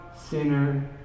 sinner